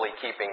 keeping